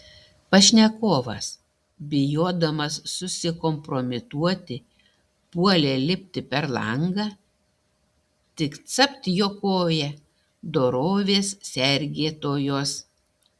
pašnekovas bijodamas susikompromituoti puolė lipti per langą tik capt jo koją dorovės sergėtojos